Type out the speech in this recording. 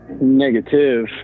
Negative